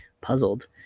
puzzled